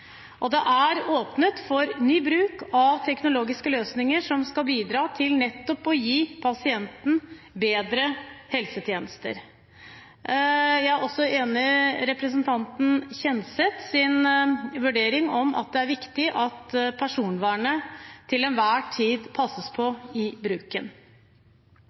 Det er åpnet for ny bruk av teknologiske løsninger som skal bidra til nettopp å gi pasienten bedre helsetjenester. Jeg er også enig i representanten Kjenseths vurdering av at det er viktig at personvernet til enhver tid passes på i bruken.